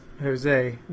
Jose